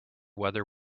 whether